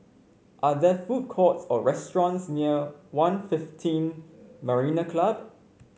are there food courts or restaurants near One fifteen Marina Club